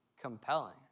compelling